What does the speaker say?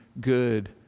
good